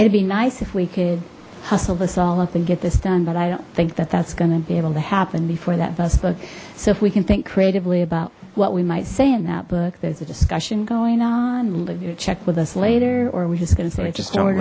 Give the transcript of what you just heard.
it'd be nice if we could hustle this all up and get this done but i don't think that that's going to be able to happen before that bus book so if we can think creatively about what we might say in that book there's a discussion going on you check with us later or we just gonna say just